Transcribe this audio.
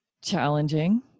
challenging